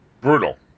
Brutal